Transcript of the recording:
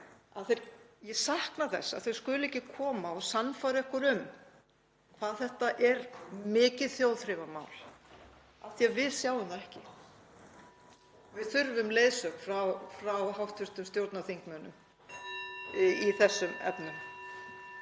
Ég sakna þess að þau skuli ekki koma og sannfæra okkur um hvað þetta er mikið þjóðþrifamál af því að við sjáum það ekki. Við þurfum leiðsögn frá hv. stjórnarþingmönnum í þessum efnum.